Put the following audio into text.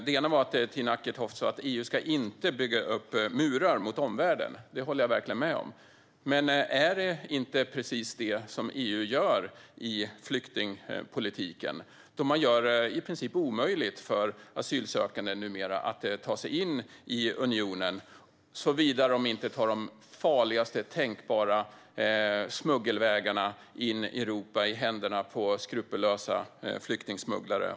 Den ena gäller det som Tina Acketoft sa om att EU inte ska bygga upp murar mot omvärlden. Det håller jag verkligen med om, men är det inte precis det som EU gör i flyktingpolitiken? Man gör det numera i princip omöjligt för asylsökande att ta sig in i unionen såvida de inte tar de farligaste tänkbara smuggelvägarna in i Europa i händerna på skrupelfria flyktingsmugglare.